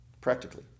practically